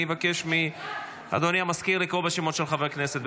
אני אבקש מאדוני המזכיר לקרוא בשמות של חברי הכנסת,